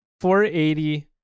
480